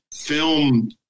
film